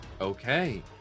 Okay